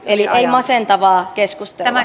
eli ei masentavaa keskustelua